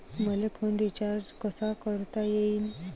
मले phone recharge कसा करता येईन?